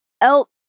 elk